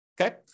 okay